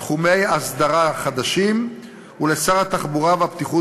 תחומי אסדרה חדשים ולשר התחבורה והבטיחות